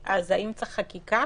האם צריך חקיקה